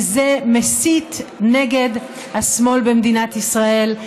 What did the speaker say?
וזה להסית נגד השמאל במדינת ישראל,